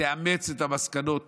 תאמץ את המסקנות